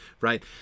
right